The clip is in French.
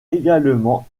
également